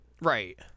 Right